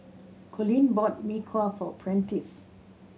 Colleen bought Mee Kuah for Prentiss